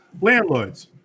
landlords